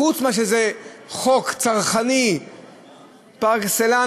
חוץ מזה שזה חוק צרכני פר-אקסלנס,